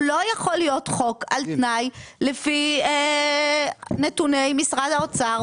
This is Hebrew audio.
הוא לא יכול להיות חוק על תנאי לפי נתוני משרד האוצר.